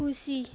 खुसी